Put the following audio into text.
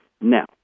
Now